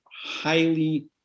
highly